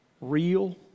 real